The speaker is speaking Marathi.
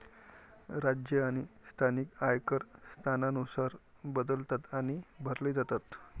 राज्य आणि स्थानिक आयकर स्थानानुसार बदलतात आणि भरले जातात